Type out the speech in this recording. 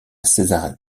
césarée